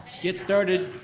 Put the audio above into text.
get started.